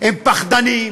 הם פחדנים,